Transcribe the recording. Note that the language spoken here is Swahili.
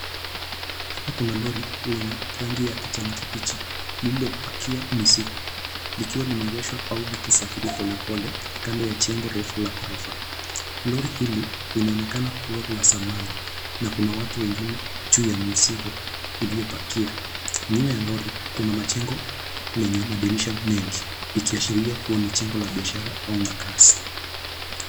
Hapa kuna lori lenye rangi ya kijani kibichi liliopakia mizigo likiwa limeegeshwa au likisafiri polepole kando ya jengo refu la gorofa. Lori hili linaonekana kuwa la zamani na kuna watu wengine juu ya mizigo iliyopakia. Nyuma ya lori, kuna majengo lenye madirisha mengi ikiashiria kuwa ni jengo la biashara au makazi.